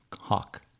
hawk